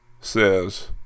says